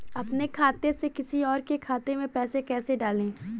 अपने खाते से किसी और के खाते में पैसे कैसे डालें?